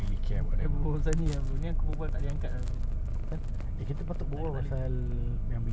stress like like empty stress ah fikir kan ni aku tak suka benda yang bikin aku empty stress